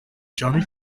johnny